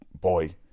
boy